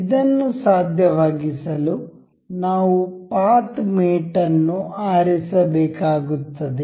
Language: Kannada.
ಇದನ್ನು ಸಾಧ್ಯವಾಗಿಸಲು ನಾವು ಪಾತ್ ಮೇಟ್ ಅನ್ನು ಆರಿಸಬೇಕಾಗುತ್ತದೆ